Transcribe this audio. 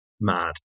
mad